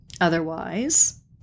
Otherwise